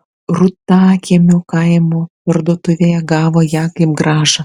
rūtakiemio kaimo parduotuvėje gavo ją kaip grąžą